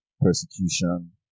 persecution